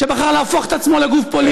שבחר להפוך את עצמו לגוף פוליטי,